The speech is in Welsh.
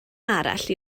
arall